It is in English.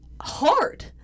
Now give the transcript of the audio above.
hard